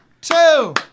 two